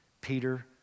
Peter